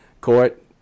Court